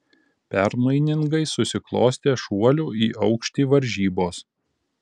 permainingai susiklostė šuolių į aukštį varžybos